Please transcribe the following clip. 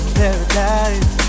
paradise